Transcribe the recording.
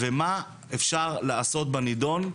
ומה אפשר לעשות בנדון,